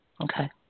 Okay